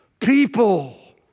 People